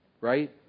right